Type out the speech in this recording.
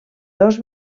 dos